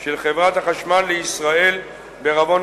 של חברת החשמל לישראל בע"מ)